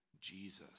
Jesus